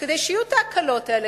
כדי שיהיו ההקלות האלה.